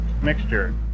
mixture